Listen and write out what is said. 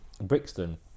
Brixton